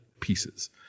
pieces